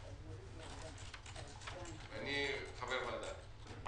ואני חבר ועדה.